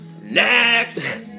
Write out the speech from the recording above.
Next